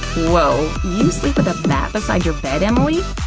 woah! you sleep with a bat beside your bed, emily?